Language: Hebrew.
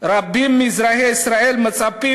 חבר הכנסת טיבי, בבקשה.